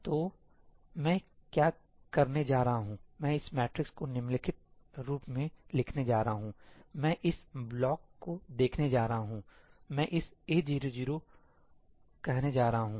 तो मैं क्या करने जा रहा हूं मैं इस मैट्रिक्स को निम्नलिखित रूप में लिखने जा रहा हूं मैं इस ब्लॉक को देखने जा रहा हूं मैं इसे A00 कहने जा रहा हूं